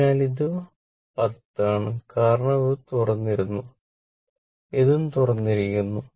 അതിനാൽ ഇത് 0 ആണ് കാരണം ഇത് തുറന്നിരുന്നു ഇതും തുറന്നിരിക്കുന്നു